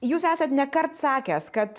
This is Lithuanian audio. jūs esat nekart sakęs kad